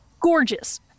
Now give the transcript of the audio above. gorgeous